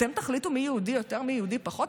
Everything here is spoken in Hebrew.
אתם תחליטו מי יהודי יותר ומי יהודי פחות?